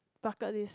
bucket list